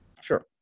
Sure